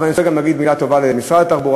אבל אני רוצה להגיד גם מילה טובה למשרד התחבורה,